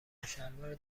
شلوار